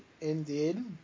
indeed